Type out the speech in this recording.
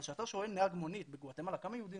אבל כשאתה שואל נהג מונית בגואטמלה כמה יהודית